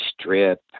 Strip